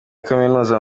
kaminuza